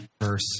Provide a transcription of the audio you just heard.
verse